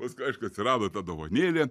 paskui aišku atsirado ta dovanėlė